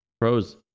pros